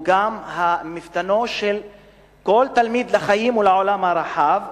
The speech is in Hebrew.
שהלימוד האקדמי הוא גם מפתנו של כל תלמיד לחיים ולעולם הרחב,